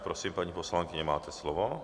Prosím, paní poslankyně, máte slovo.